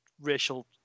racial